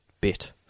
bit